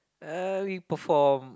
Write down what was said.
uh we perform